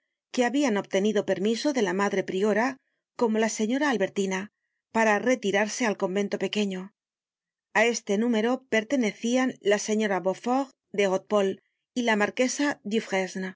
que habian obtenido permiso de la madre priora como la señora albertina para retirarse al convento pequeño a este número pertenecian la señora beauford de hautpoul y la marquesa